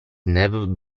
never